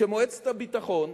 שמועצת הביטחון,